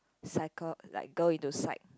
psychol~ like go into psych